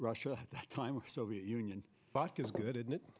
russia at that time of soviet union fuck is good in it